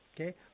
okay